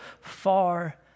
far